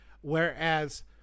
Whereas